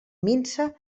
minsa